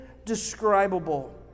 indescribable